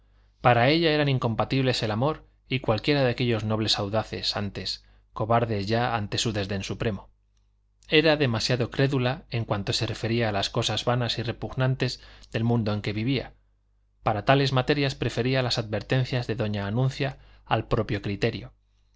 para ella eran incompatibles el amor y cualquiera de aquellos nobles audaces antes cobardes ya ante su desdén supremo era demasiado crédula en cuanto se refería a las cosas vanas y repugnantes del mundo en que vivía para tales materias prefería las advertencias de doña anuncia al propio criterio